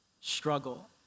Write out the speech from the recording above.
struggle